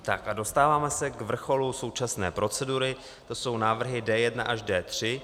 A dostáváme se k vrcholu současné procedury, to jsou návrhy D1 až D3.